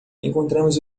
encontramos